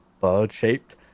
bird-shaped